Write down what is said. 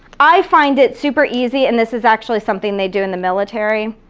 i find it super easy, and this is actually something they do in the military.